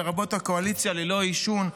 לרבות הקואליציה ללא עישון,